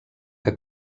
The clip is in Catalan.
que